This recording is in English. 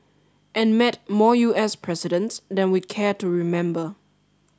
and met more U S presidents than we care to remember